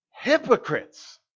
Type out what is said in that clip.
hypocrites